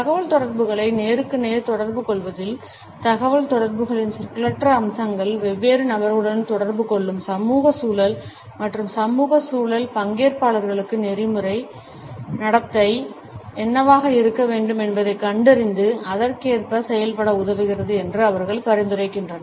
தகவல்தொடர்புகளை நேருக்கு நேர் தொடர்புகொள்வதில் தகவல்தொடர்புகளின் சொற்களற்ற அம்சங்கள் வெவ்வேறு நபர்களுடன் தொடர்பு கொள்ளும் சமூக சூழல் மற்றும் சமூக சூழல் பங்கேற்பாளர்களுக்கு நெறிமுறை நடத்தை என்னவாக இருக்க வேண்டும் என்பதைக் கண்டறிந்து அதற்கேற்ப செயல்பட உதவுகிறது என்று அவர்கள் பரிந்துரைக்கின்றனர்